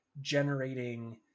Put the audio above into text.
generating